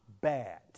bad